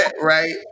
Right